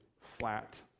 flat